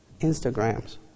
Instagrams